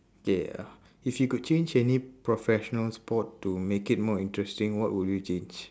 okay ya if you could change any professional sport to make it more interesting what would you change